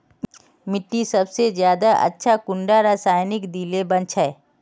मिट्टी सबसे ज्यादा अच्छा कुंडा रासायनिक दिले बन छै?